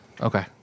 Okay